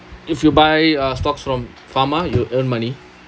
if you buy uh stocks from pharma you earn money